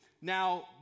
now